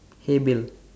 hey bill